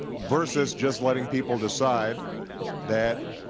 versus just letting people decide that,